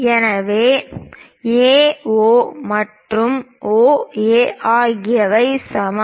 எனவே AO மற்றும் OB ஆகியவை சமம்